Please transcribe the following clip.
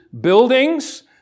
buildings